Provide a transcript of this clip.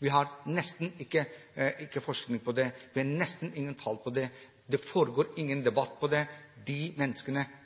Vi har nesten ingen forskning på det, vi har nesten ingen tall på det, det foregår ingen debatt om det. De menneskene,